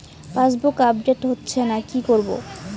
Passbook update হচ্ছেনা কি করবো?